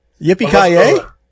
Yippee